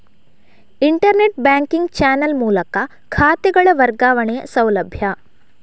internet banking channel ಮೂಲಕ ಖಾತೆಗಳ ವರ್ಗಾವಣೆಯ ಸೌಲಭ್ಯ